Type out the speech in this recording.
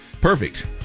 perfect